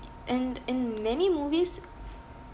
and in many movies